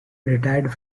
retired